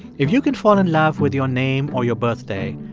if you can fall in love with your name or your birthday,